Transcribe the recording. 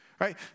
right